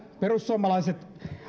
perussuomalaiset